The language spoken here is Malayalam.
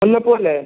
മുല്ലപ്പൂ അല്ലേ